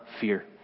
fear